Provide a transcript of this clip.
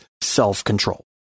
self-control